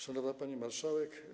Szanowna Pani Marszałek!